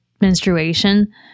menstruation